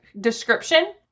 description